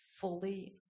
fully